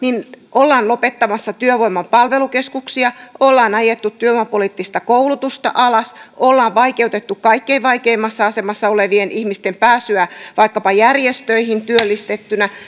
ollaan lopettamassa työvoimapalvelukeskuksia ollaan ajettu työvoimapoliittista koulutusta alas ollaan vaikeutettu kaikkein vaikeimmassa asemassa olevien ihmisten pääsyä vaikkapa järjestöihin työllistettyinä